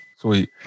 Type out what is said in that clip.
Sweet